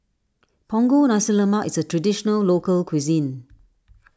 Punggol Nasi Lemak is a Traditional Local Cuisine